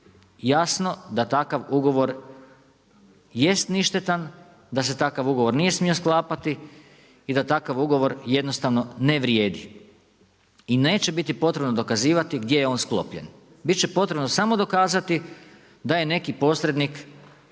jasno, da takav ugovor jest ništetan, da se takav ugovor nije smijo sklapati i da takav ugovor jednostavno ne vrijedi. I neće biti potrebe dokazivati gdje je on sklopljen. Biti će potrebno samo dokazati da je neki posrednik